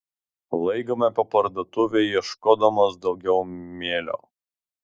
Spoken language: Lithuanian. laigome po parduotuvę ieškodamos daugiau mėlio